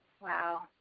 Wow